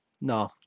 no